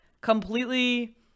completely